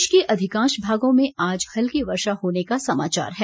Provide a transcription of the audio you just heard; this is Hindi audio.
प्रदेश के अधिंकाश भागों में हल्की वर्षा होने का समाचार है